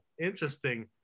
Interesting